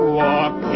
walk